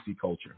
culture